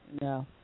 No